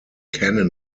cannon